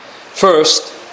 First